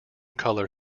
colour